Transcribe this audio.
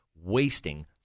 wasting